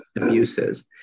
abuses